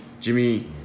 Jimmy